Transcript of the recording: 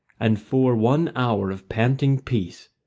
and for one hour of panting peace,